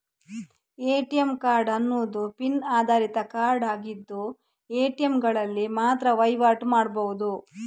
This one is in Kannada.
ಎ.ಟಿ.ಎಂ ಕಾರ್ಡ್ ಅನ್ನುದು ಪಿನ್ ಆಧಾರಿತ ಕಾರ್ಡ್ ಆಗಿದ್ದು ಎ.ಟಿ.ಎಂಗಳಲ್ಲಿ ಮಾತ್ರ ವೈವಾಟು ಮಾಡ್ಬಹುದು